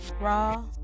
Raw